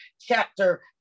chapter